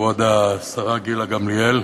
כבוד השרה גילה גמליאל,